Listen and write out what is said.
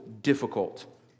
difficult